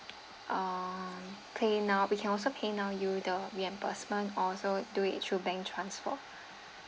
uh paynow we can also pay now you the reimbursement also do it through bank transfer